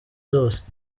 zose